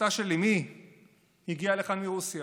משפחתה של אימי הגיעה לכאן מרוסיה.